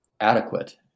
adequate